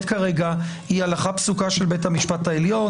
כרגע היא הלכה פסוקה של בית המשפט העליון,